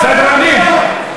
סדרנים.